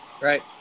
Right